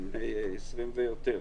הם בני 20 ויותר.